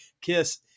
KISS